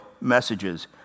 messages